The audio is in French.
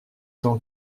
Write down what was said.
tant